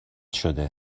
شده